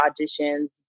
auditions